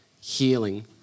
healing